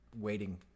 waiting